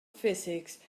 physics